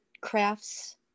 crafts